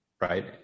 right